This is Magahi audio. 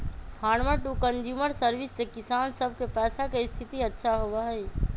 फार्मर टू कंज्यूमर सर्विस से किसान सब के पैसा के स्थिति अच्छा होबा हई